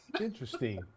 Interesting